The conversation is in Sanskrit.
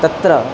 तत्र